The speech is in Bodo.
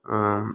आं